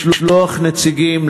לשלוח נציגים,